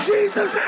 Jesus